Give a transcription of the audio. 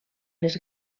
les